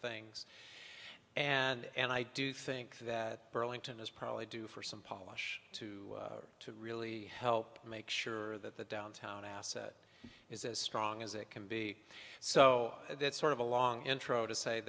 things and i do think that burlington is probably due for some polish to really help make sure that the downtown asset is as strong as it can be so that's sort of a long intro to say